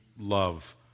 love